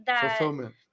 fulfillment